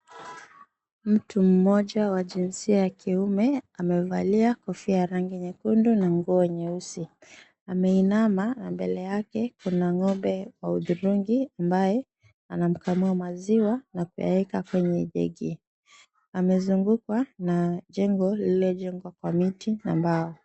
Mtu mmoja wa jinsia ya kiume, amevalia kofia rangi nyekundu na nguo nyeusi. Ameinama na mbele yake kuna ng'ombe wa hudhurungi ambaye anamkamua maziwa na kuyaweka kwenye jegi. Amezungukwa na jengo lililojengwa kwa miti na mbao.